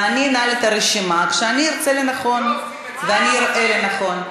ואני אנעל את הרשימה כשאני אמצא לנכון ואני אראה לנכון.